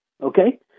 okay